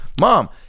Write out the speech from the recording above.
Mom